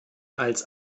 als